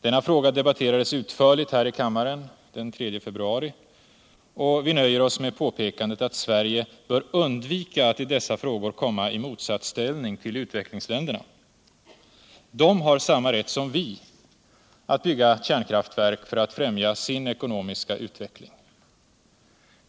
Denna fråga debatterades utförligt här i kammaren den 3 februari, och vi nöjer oss med påpekandet att Sverige bör undvika att i dessa frågor komma i motsatsställning till utvecklingsländerna. De har samma rätt som vi att bygga kärnkrafiverk för att främja sin ekonomiska utveckling.